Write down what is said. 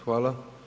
Hvala.